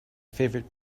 favorite